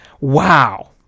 Wow